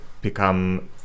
become